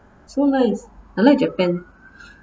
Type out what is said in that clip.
so nice I like japan